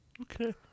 Okay